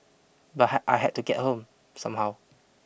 but I had to get home somehow